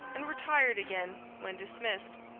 and retired again when dismissed.